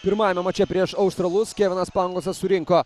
pirmajame mače prieš australus kevinas pangosas surinko